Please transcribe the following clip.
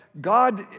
God